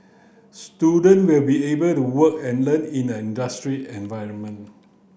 student will be able to work and learn in an industry environment